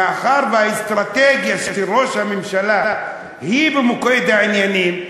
מאחר שהאסטרטגיה של ראש הממשלה היא במוקד העניינים,